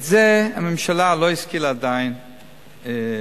את זה הממשלה לא השכילה עדיין לסדר.